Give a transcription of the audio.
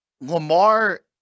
Lamar